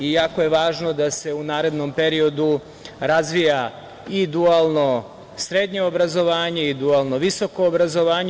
Jako je važno da se u narednom periodu razvija i dualno srednje obrazovanje i dualno visoko obrazovanje.